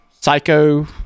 Psycho